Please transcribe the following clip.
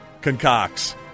concocts